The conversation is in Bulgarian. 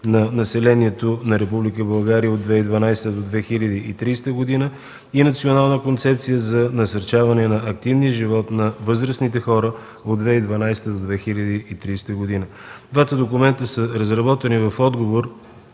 на населението на Република България от 2012 до 2030 г. и Национална концепция за насърчаване на активния живот на възрастните хора от 2012 до 2030 г. Двата документа са разработени в отговор